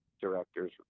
directors